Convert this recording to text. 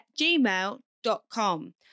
gmail.com